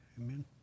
Amen